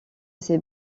ses